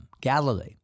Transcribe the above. Galilee